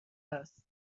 است